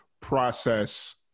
process